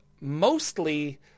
mostly